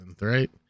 right